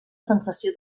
sensació